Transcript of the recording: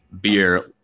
beer